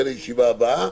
בין הישיבה הבאה,